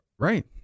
Right